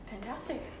Fantastic